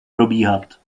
probíhat